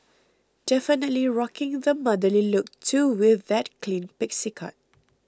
definitely rocking the motherly look too with that clean pixie cut